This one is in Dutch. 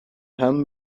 hem